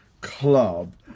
club